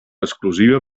exclusiva